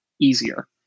easier